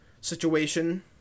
situation